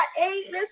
eight